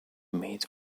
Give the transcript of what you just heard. made